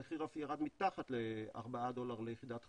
המחיר אף ירד מתחת לארבעה דולר ליחידת חום,